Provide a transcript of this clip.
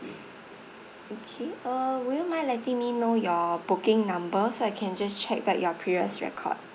okay uh will you mind letting me know your booking number so I can just check back your previous record